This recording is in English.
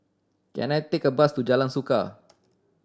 can I take a bus to Jalan Suka